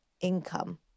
income